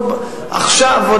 עכשיו,